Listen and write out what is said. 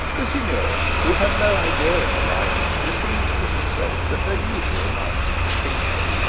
the signora, who had no idea of a rival, received mr slope with her usual marks of distinction.